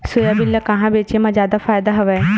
Soybean ल कहां बेचे म जादा फ़ायदा हवय?